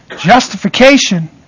justification